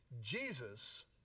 Jesus